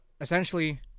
essentially